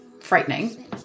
frightening